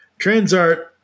TransArt